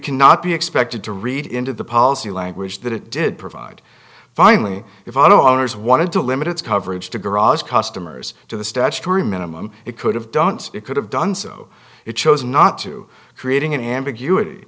cannot be expected to read into the policy language that it did provide finally if i don't as wanted to limit its coverage to garage customers to the statutory minimum it could have don't it could have done so it chose not to creating an ambiguity